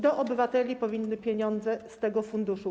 Do obywateli powinny trafiać pieniądze z tego funduszu.